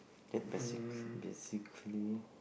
that basket be sick feeling